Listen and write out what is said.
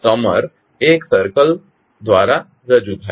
summer એ એક circle દ્વારા રજૂ થાય છે